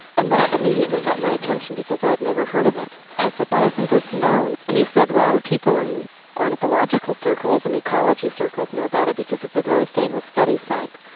and that immediately got my attention, because i had never heard of it. and i said, why isn't this known? and he said, well, people in ornithological circles and ecology circles know about it, because it's a very famous study site,